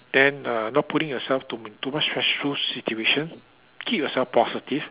then uh not putting yourself to too much stressful situation keep yourself positive